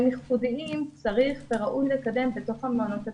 ייחודיים צריך וראוי לקדם בתוך המעונות עצמם.